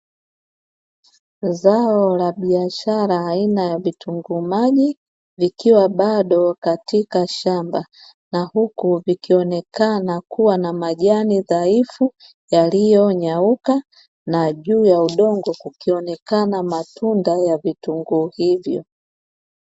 Zao la biashara aina ya vitunguu maji vikiwa bado katika shamba, na huku vikionekana kuwa na majani dhaifu, yaliyonyauka na juu ya udongo kukionekana matunda ya vitunguu hivyo.